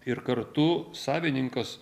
ir kartu savininkas